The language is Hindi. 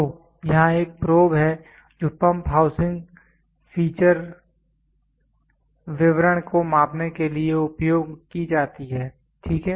तो यहाँ एक प्रोब है जो पंप हाउसिंग फीचर विवरण को मापने के लिए उपयोग की जाती है ठीक है